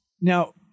Now